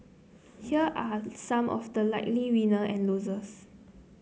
here are some of the likely winner and losers